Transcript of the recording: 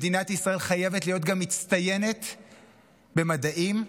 להיות גם מצטיינת במדעים,